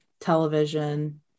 television